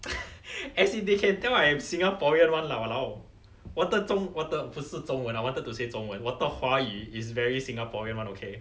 as in they can tell I'm singaporean [one] lah !walao! 我的中我的不是中文 I wanted to say 中文我的华语 is very singaporean [one] okay